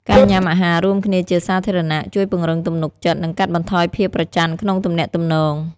ការញ៉ាំអាហាររួមគ្នាជាសាធារណៈ ជួយពង្រឹងទំនុកចិត្ត និងកាត់បន្ថយភាពប្រច័ណ្ឌក្នុងទំនាក់ទំនង។